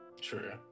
True